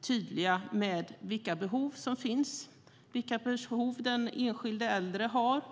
tydliga med vilka behov som finns, vilka behov den enskilde äldre har.